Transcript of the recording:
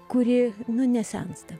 kuri nu nesensta